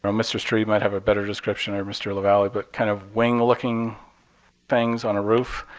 um mr. strebe might have a better description or mr. lavalley but kind of wing looking things on a roof.